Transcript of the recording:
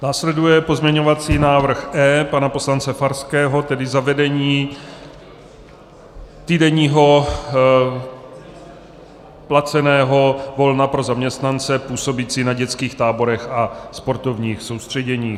Následuje pozměňovací návrh E pana poslance Farského, tedy zavedení týdenního placeného volna pro zaměstnance působící na dětských táborech a sportovních soustředěních.